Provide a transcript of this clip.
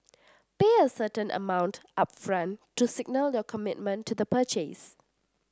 pay a certain amount upfront to signal your commitment to the purchase